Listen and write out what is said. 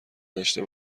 داشته